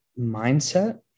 mindset